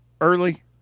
early